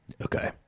Okay